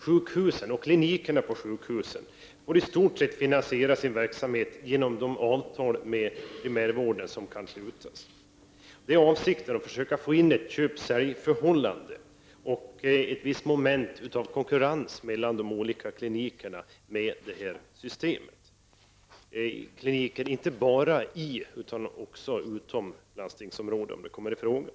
Sjukhusen och klinikerna på sjukhusen får i stort sett finansiera sin verksamhet genom de avtal med primärvården som kan slutas. Avsikten med det här systemet är att försöka få in ett köp-sälj-förhållande och ett visst moment av konkurrens mellan de olika klinikerna — inte bara kliniker i utan också utom landstingsområdet, om de kommer i fråga.